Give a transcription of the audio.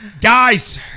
Guys